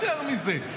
יותר מזה,